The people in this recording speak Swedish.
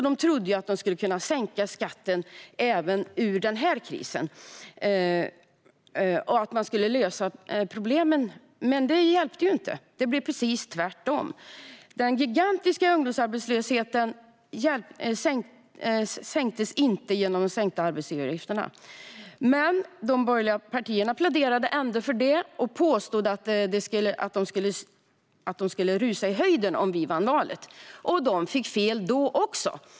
De trodde att de skulle kunna sänka skatten och på så sätt komma ur även den här krisen och lösa problemen, men det hjälpte inte. Det blev precis tvärtom. Den gigantiska ungdomsarbetslösheten sänktes inte genom sänkta arbetsgivaravgifter. Men de borgerliga partierna pläderade ändå för det och påstod att arbetslösheten skulle rusa i höjden om vi vann valet. Men de fick fel där också.